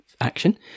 action